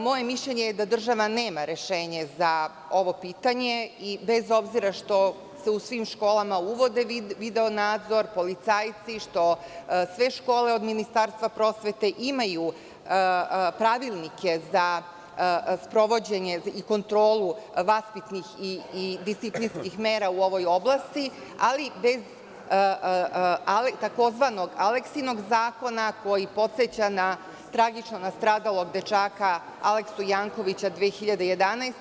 Moje mišljenje je da država nema rešenje za ovo pitanje i bez obzira što se u svim školama uvodi video nadzor, policajci, što sve škole od Ministarstva prosvete imaju pravilnike za sprovođenje i kontrolu vaspitnih i disciplinskih mera u ovoj oblasti, ali bez tzv. Aleksinog zakona, koji podseća na tragično nastradalog dečaka Aleksu Jankovića 2011.